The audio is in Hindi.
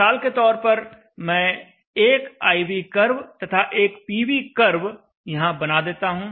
मिसाल के तौर पर मैं एक I V कर्व तथा एक P V कर्व यहां बना देता हूं